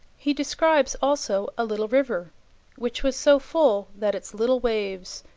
he describes also a little river which was so full that its little waves,